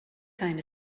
kind